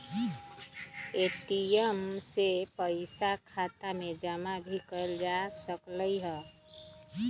ATM से पइसा खाता में जमा भी कएल जा सकलई ह